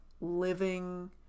living